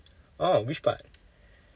oh which part